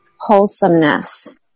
wholesomeness